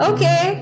Okay